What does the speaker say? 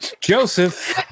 Joseph